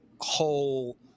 whole